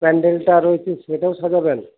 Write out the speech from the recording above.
প্যান্ডেলটা রয়েছে সেটাও সাজাবেন